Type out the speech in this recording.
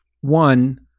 One